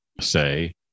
say